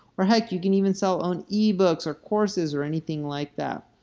or heck you can even sell own ebooks or courses or anything like that.